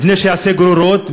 לפני שיעשה גרורות,